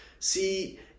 See